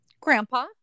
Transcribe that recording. Grandpa